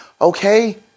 Okay